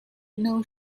know